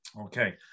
okay